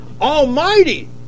Almighty